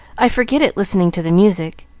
i forget it listening to the music.